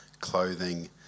clothing